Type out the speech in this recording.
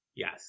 Yes